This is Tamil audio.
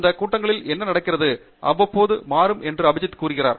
அந்த கூட்டங்களில் என்ன நடக்கிறது அவ்வப்போது மாறும் என்று அபிஜித் கூறுகிறார்